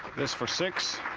this for six,